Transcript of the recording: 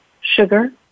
sugar